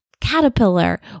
caterpillar